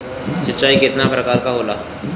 सिंचाई केतना प्रकार के होला?